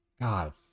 god